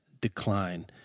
decline